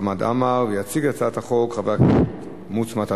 נעבור לסעיף האחרון בסדר-היום: הצעת חוק לתיקון פקודת התעבורה (מס' 104)